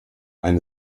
eine